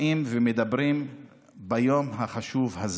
באים ומדברים ביום החשוב הזה.